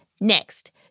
Next